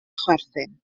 chwerthin